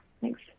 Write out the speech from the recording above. thanks